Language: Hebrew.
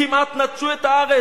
כמעט נטשו את הארץ.